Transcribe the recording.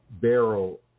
barrel